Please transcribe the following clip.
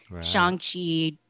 Shang-Chi